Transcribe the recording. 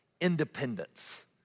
independence